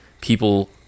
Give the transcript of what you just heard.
people